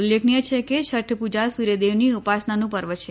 ઉલ્લેખનીય છે કે છઠ પૂજા સૂર્યદેવની ઉપાસનાનું પર્વ છે